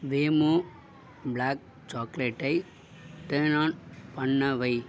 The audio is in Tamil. வேமோ ப்ளாக் சாக்லேட்டை டேர்ன் ஆன் பண்ண வை